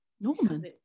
Norman